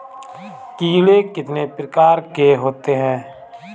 कीड़े कितने प्रकार के होते हैं?